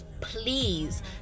Please